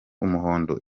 umuhondo